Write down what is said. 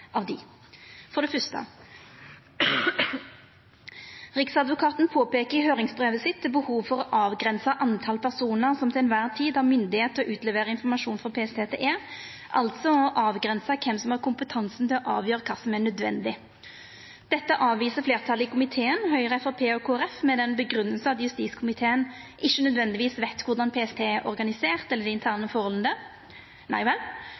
av dei. For det første: Riksadvokaten påpeiker i høyringsbrevet sitt eit behov for å avgrensa talet på personar som til kvar tid har myndigheit til å utlevera informasjon frå PST til E, altså avgrensa kven som har kompetanse til å avgjera kva som er nødvendig. Dette avviser fleirtalet i komiteen – Høgre, Framstegspartiet og Kristeleg Folkeparti – med grunngjevinga at justiskomiteen ikkje nødvendigvis veit korleis PST er organisert, eller dei interne